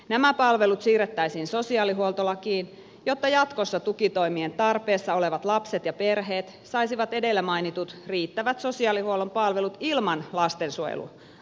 nämä palvelut siirrettäisiin sosiaalihuoltolakiin jotta jatkossa tukitoimien tarpeessa olevat lapset ja perheet saisivat edellä mainitut riittävät sosiaalihuollon palvelut ilman lastensuojelun asiakkuutta